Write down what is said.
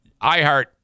iHeart